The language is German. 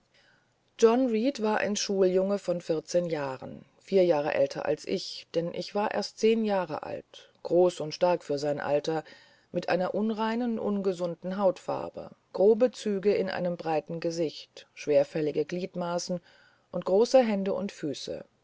john reed war ein schuljunge von vierzehn jahren vier jahre älter als ich denn ich war erst zehn jahr alt groß und stark für sein alter mit einer unreinen ungesunden hautfarbe große züge in einem breiten gesicht schwerfällige gliedmaßen und große hände und füße